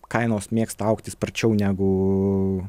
kainos mėgsta augti sparčiau negu